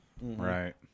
right